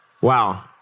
Wow